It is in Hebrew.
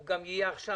הוא גם יהיה עכשיו,